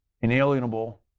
inalienable